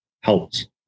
helps